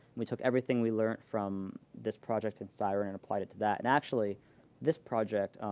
we took everything we learned from this project and siren and applied it to that. and actually this project